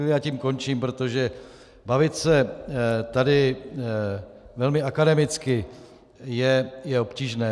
A tím končím, protože bavit se tady velmi akademicky je obtížné.